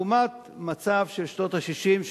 לעומת המצב של שנות ה-60,